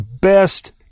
best